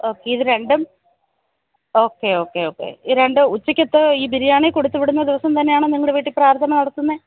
okay ഇത് രണ്ടും okay okay okay ഈ രണ്ട് ഉച്ചയ്ക്കത്തെ ഈ ബിരിയാണി കൊടുത്തിു വിടുന്ന ദിവസം തന്നെയാണ് നിങ്ങളുടെ വീട്ടില് പ്രാർഥന നടത്തുന്നേ